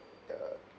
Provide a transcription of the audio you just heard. the